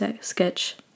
sketch